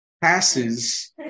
passes